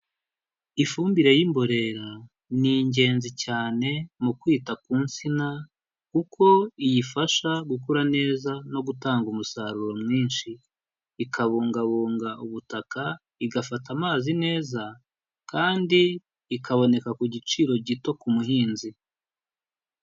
Ifumbire y'imborera ni ingenzi cyane mu kwita ku nsina kuko iyifasha gukura neza no gutanga umusaruro mwinshi, ikabungabunga ubutaka, igafata amazi neza kandi ikaboneka ku giciro gito ku muhinzi.